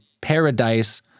paradise